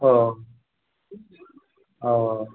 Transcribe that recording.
ओ ओ